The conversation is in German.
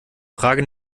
frage